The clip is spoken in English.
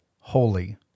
Holy